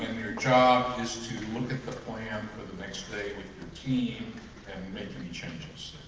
your job is to look at the plan for the next day routine and make any changes.